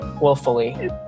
willfully